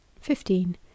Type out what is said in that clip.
Fifteen